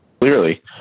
Clearly